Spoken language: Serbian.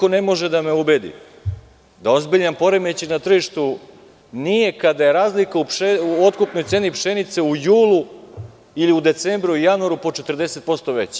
Niko ne može da me ubedi da ozbiljan poremećaj na tržištu nije kada je razlika u otkupnoj ceni pšenice u julu ili u decembru, januaru po 40% veća.